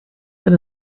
than